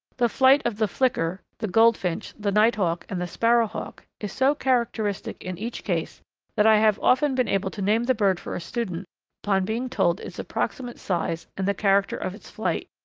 the flight of the flicker, the goldfinch the nighthawk, and the sparrow hawk, is so characteristic in each case that i have often been able to name the bird for a student upon being told its approximate size and the character of its flight.